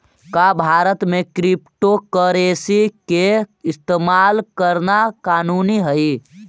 का भारत में क्रिप्टोकरेंसी के इस्तेमाल करना कानूनी हई?